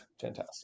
fantastic